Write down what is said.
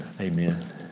Amen